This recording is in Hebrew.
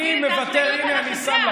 הינה אני שם,